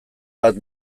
bat